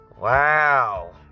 Wow